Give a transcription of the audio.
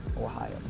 Ohio